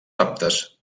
aptes